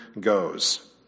goes